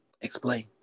Explain